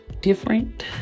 different